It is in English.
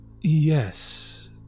yes